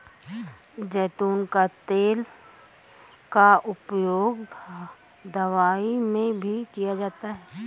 ज़ैतून का तेल का उपयोग दवाई में भी किया जाता है